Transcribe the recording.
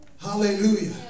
Hallelujah